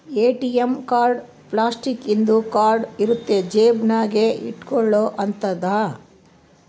ATM card plastic ಇಂದು card ಇರುತ್ತ ಜೇಬ ನಾಗ ಇಟ್ಕೊಲೊ ಅಂತದು